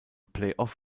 playoff